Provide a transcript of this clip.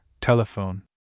telephone